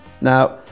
now